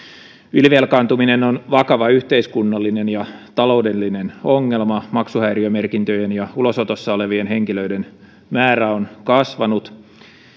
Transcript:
ylivelkaantuminen on vakava yhteiskunnallinen ja taloudellinen ongelma maksuhäiriömerkintöjen ja ulosotossa olevien henkilöiden määrä on kasvanut